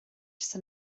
san